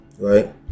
right